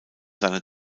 seine